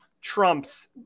trumps